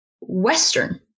Western